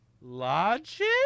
Logic